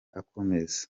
akomeza